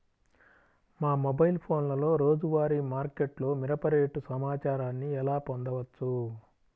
మా మొబైల్ ఫోన్లలో రోజువారీ మార్కెట్లో మిరప రేటు సమాచారాన్ని ఎలా పొందవచ్చు?